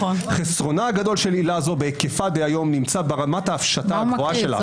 חסרונה הגדול של עילה זו בהיקפה דהיום נמצא ברמת ההפשטה הגבוהה שלה.